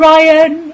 Ryan